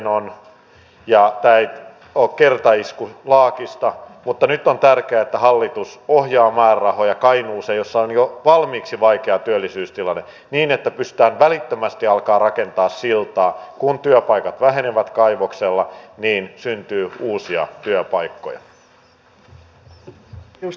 tämä ei ole kertaisku laakista mutta nyt on tärkeää että hallitus ohjaa määrärahoja kainuuseen jossa on jo valmiiksi vaikea työllisyystilanne niin että pystytään välittömästi alkamaan rakentaa siltaa että kun työpaikat vähenevät kaivoksella niin syntyy uusia työpaikkoja